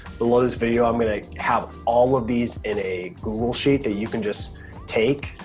below this video i'm gonna have all of these in a google sheet that you can just take.